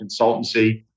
consultancy